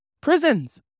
prisons